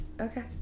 Okay